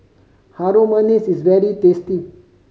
Harum Manis is very tasty